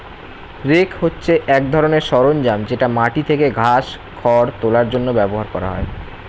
rake হচ্ছে এক ধরনের সরঞ্জাম যেটা মাটি থেকে ঘাস, খড় তোলার জন্য ব্যবহার করা হয়